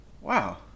wow